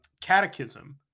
catechism